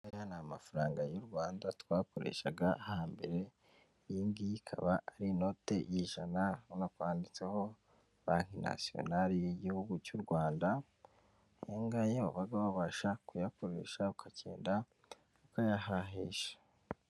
Aya ngaya ni amafaranga y'u Rwanda twakoreshaga hambere, iyi ngiy ikaba ari inote y'ijana, ubona ko handitseho banki natiyonari y'igihugu cy'u Rwanda, aya ngaya waba wabasha kuyakoresha ukagenda ukayahahisha.